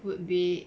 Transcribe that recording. would be